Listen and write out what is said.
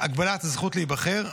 הגבלת הזכות להיבחר).